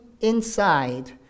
inside